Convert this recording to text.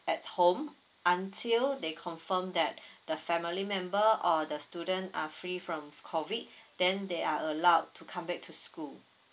at home until they confirm that the family member or the student are free from COVID then they are allowed to come back to school